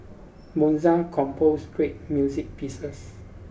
Mozart composed great music pieces